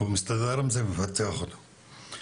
זה מפתח אותו.